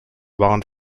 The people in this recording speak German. waren